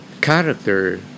Character